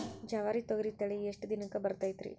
ಜವಾರಿ ತೊಗರಿ ತಳಿ ಎಷ್ಟ ದಿನಕ್ಕ ಬರತೈತ್ರಿ?